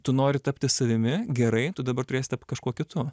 tu nori tapti savimi gerai tu dabar turėsi tapt kažkuo kitu